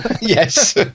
Yes